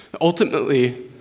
Ultimately